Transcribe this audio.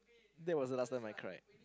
that was the last time I cried